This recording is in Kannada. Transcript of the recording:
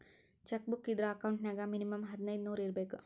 ಚೆಕ್ ಬುಕ್ ಇದ್ರ ಅಕೌಂಟ್ ನ್ಯಾಗ ಮಿನಿಮಂ ಹದಿನೈದ್ ನೂರ್ ಇರ್ಬೇಕು